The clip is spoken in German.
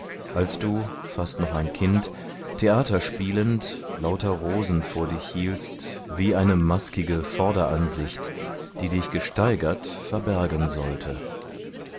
als du fast noch ein kind theaterspielend lauter rosen vor dich hieltst wie eine maskige vorderansicht die dich gesteigert verbergen sollte